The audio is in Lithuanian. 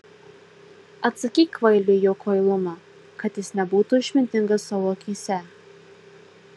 atsakyk kvailiui į jo kvailumą kad jis nebūtų išmintingas savo akyse